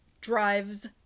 drives